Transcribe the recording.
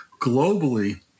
globally